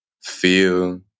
feel